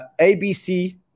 ABC